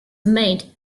remained